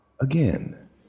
again